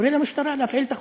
קורא למשטרה להפעיל את החוק.